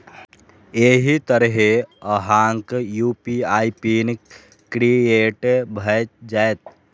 एहि तरहें अहांक यू.पी.आई पिन क्रिएट भए जाएत